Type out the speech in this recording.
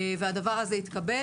והדבר הזה התקבל.